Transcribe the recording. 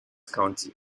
county